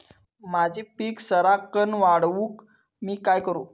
माझी पीक सराक्कन वाढूक मी काय करू?